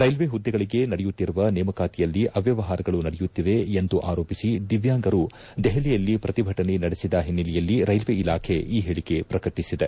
railway ಹುದ್ದೆಗಳಿಗೆ ನಡೆಯುತ್ತಿರುವ ನೇಮಕಾತಿಯಲ್ಲಿ ಅವ್ಯವಹಾರಗಳು ನಡೆಯುತ್ತಿವೆ ಎಂದು ಆರೋಪಿಸಿ ದಿವ್ಯಾಂಗರು ದೆಹಲಿಯಲ್ಲಿ ಪ್ರತಿಭಟನೆ ನಡೆಸಿದ ಓನ್ನೆಲೆಯಲ್ಲಿ ರೈಲ್ವೆ ಇಲಾಖೆ ಈ ಹೇಳಿಕೆ ಪ್ರಕಟಿಸಿದೆ